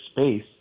space